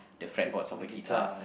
the fretboards of a guitar